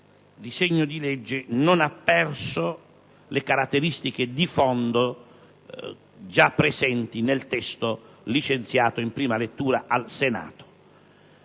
disegno di legge non abbia perso le caratteristiche di fondo presenti nel testo licenziato in prima lettura al Senato.